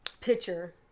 picture